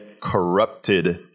corrupted